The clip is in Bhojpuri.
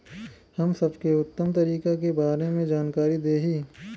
हम सबके उत्तम तरीका के बारे में जानकारी देही?